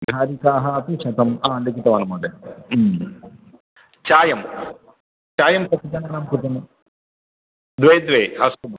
घारिकाः अपि शतं लिखितवान् महोदय चायं चायं कति जनानां कृते म द्वे द्वे अस्तु म